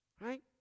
right